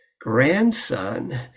grandson